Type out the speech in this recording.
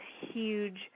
huge